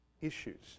issues